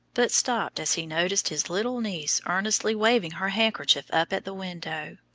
but stopped as he noticed his little niece earnestly waving her handkerchief up at the window.